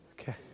Okay